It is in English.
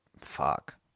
fuck